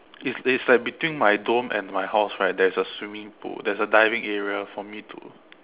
it's it's like between my dome and my house right there's a swimming pool there's a diving area for me to